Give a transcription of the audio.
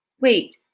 Wait